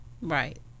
Right